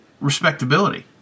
respectability